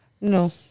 No